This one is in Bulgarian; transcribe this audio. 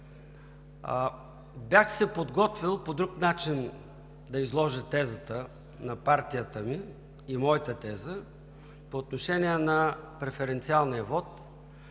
Бях се подготвил по друг начин да изложа тезата на партията ми и моята теза по отношение на преференциалния вот,